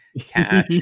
cash